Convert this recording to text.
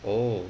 oh